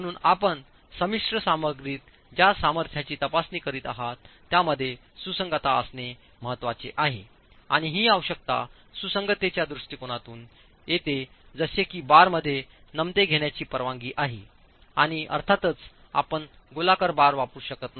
म्हणून आपण संमिश्र सामग्रीत ज्या सामर्थ्यांची तपासणी करीत आहात त्यामध्ये सुसंगतता असणे महत्वाचे आहे आणि ही आवश्यकता सुसंगततेच्या दृष्टिकोनातून येते जसे की बारमध्ये नमते घेण्याची परवानगी आहे आणि अर्थातच आपण गोलाकार बार वापरू शकत नाही